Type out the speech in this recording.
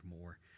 more